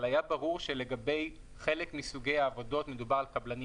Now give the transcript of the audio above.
אבל היה ברור שלגבי חלק מסוגי העבודות מדובר על קבלנים